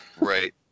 Right